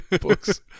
books